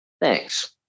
Thanks